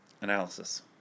Analysis